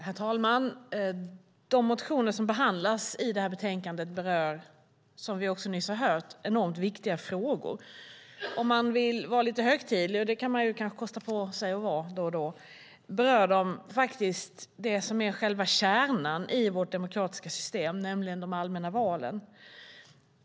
Herr talman! De motioner som behandlas i betänkandet berör, som vi också nyss hörde, enormt viktiga frågor. Vill man vara lite högtidlig, och det kan man kanske kosta på sig att vara då och då, berör de det som är själva kärnan i vårt demokratiska system, nämligen de allmänna valen.